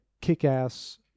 kick-ass